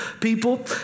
people